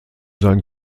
sein